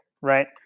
Right